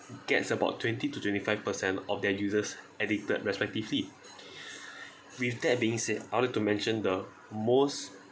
gets about twenty to twenty five percent of their users addicted respectively with that been said I would like to mention the most